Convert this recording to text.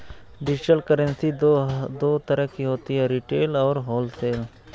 digital currency दो तरह की होती है रिटेल और होलसेल